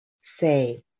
say